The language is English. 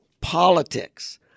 politics